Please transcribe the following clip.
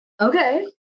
Okay